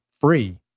free